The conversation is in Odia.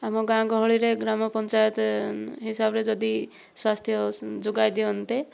ଆମ ଗାଁ ଗହଳିରେ ଗ୍ରାମପଞ୍ଚାୟତ ହିସାବରେ ଯଦି ସ୍ୱାସ୍ଥ୍ୟ ଯୋଗାଇଦିଅନ୍ତେ